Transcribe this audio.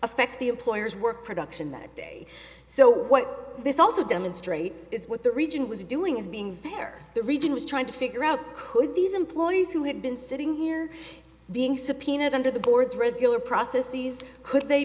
affect the employer's work production that day so what this also demonstrates is what the region was doing is being very the region was trying to figure out could these employees who had been sitting here being subpoenaed under the board's regular process seized could they